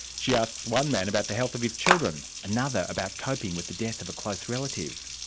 she asks one man about the health of his children, another about coping with the death of a close relative.